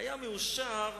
"היה מאושר ...